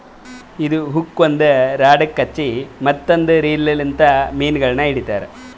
ಇದು ಹುಕ್ ಒಂದ್ ರಾಡಗ್ ಹಚ್ಚಿ ಮತ್ತ ಒಂದ್ ರೀಲ್ ಲಿಂತ್ ಮೀನಗೊಳ್ ಹಿಡಿತಾರ್